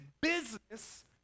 business